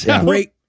Great